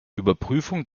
überprüfung